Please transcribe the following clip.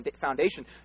foundation